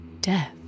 death